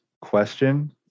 question